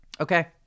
Okay